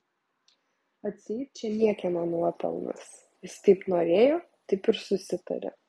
atseit čia niekieno nuopelnas jis taip norėjo taip ir susitarė